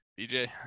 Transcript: BJ